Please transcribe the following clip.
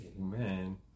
Amen